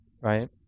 right